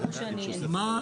מה,